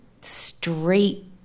straight